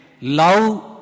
Love